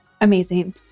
amazing